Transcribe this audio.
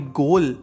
goal